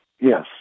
Yes